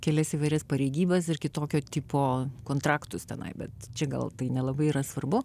kelias įvairias pareigybes ir kitokio tipo kontraktus tenai bet čia gal tai nelabai yra svarbu